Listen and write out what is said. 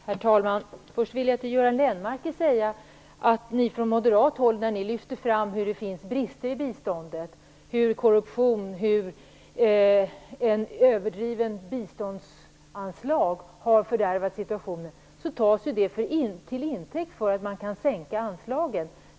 Herr talman! Först vill jag till Göran Lennmarker säga att när ni från moderat håll lyfter fram bristerna i biståndet, hur korruption och ett överdrivet biståndsanslag har fördärvat situationen, tas ju det till intäkt för att man kan sänka anslagen.